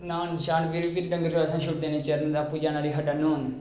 न्हान शान फिर डंगर असें छोड़ी देने चरन ते आपूं जाना उठी खड्ढै न्हौन